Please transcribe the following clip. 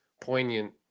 poignant